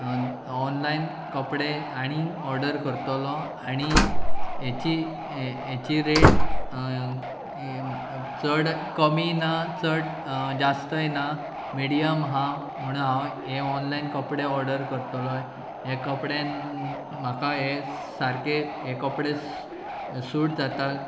online कपडे आनी order करतलो आनी हेची हेची रेट चड कमी ना चड जास्तय ना मिडयम आहा म्हण हांव हे ऑनलायन कपडे ऑर्डर करतलो हे कपड्यान म्हाका हे सारके हे कपडे सूट जाता